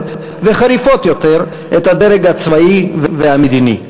וחריפות יותר את הדרג הצבאי והמדיני.